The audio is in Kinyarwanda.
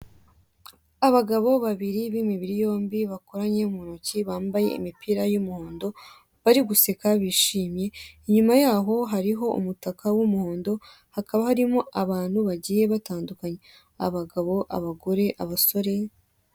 Abagabo babiri, b'imibiri yombi bakoranye mu ntoki; bambaye imipira y'umuhondo, bari guseka bishimye,; inyuma yaho hariho umutaka w'umuhondo, hakaba harimo abantu bagiye batandukanye; abagabo, abagore, abasore.